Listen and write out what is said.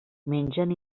mengen